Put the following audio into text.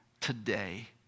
today